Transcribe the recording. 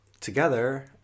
together